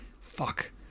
fuck